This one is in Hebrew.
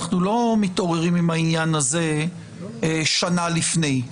אנחנו לא מתעוררים עם העניין הזה שנה לפני.